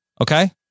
Okay